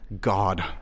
God